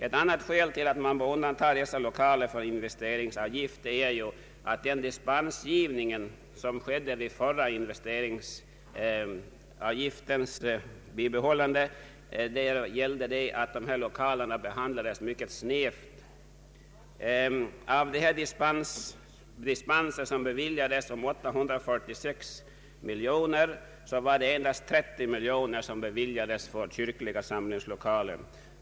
Ett annat skäl till att dessa lokaler bör undantas från investeringsavgift är att ärendena om dispens för dessa 1okaler behandlades mycket snävt då den förra investeringsavgiften tillämpades. Av de dispenser om 846 miljoner kronor som då beviljades avsåg endast 30 miljoner kronor kyrkliga samlingslokaler.